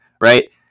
right